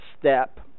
step